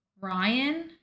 Ryan